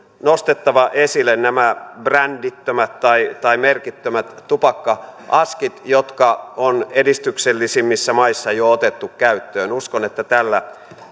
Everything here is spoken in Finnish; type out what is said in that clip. nostettava esille nämä brändittömät tai tai merkittömät tupakka askit jotka on edistyksellisimmissä maissa jo otettu käyttöön uskon että tällä